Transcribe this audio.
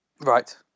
Right